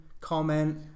comment